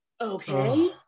okay